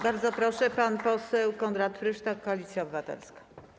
Bardzo proszę, pan poseł Konrad Frysztak, Koalicja Obywatelska.